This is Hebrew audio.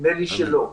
נדמה לי שלא.